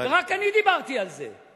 ורק אני דיברתי על זה.